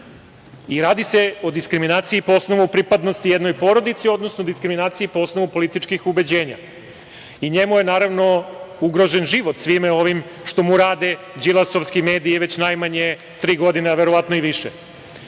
i radi se o diskriminaciji po osnovu pripadnosti jednoj porodici, odnosno diskriminaciji po osnovu političkih ubeđenja i njemu je ugrožen život svime ovim što mu rade Đilasovski mediji već najmanje tri godine, a verovatno i više.